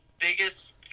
biggest